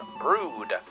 brood